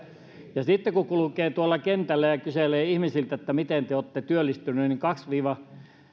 ja sitten kun kulkee tuolla kentällä ja kyselee ihmisiltä että miten te te olette työllistyneet niin kaksi viiva